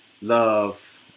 love